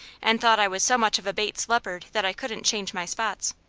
and thought i was so much of a bates leopard that i couldn't change my spots.